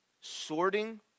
sorting